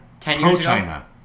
Pro-China